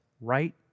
right